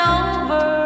over